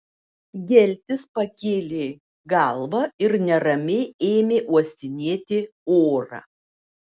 geltis pakėlė galvą ir neramiai ėmė uostinėti orą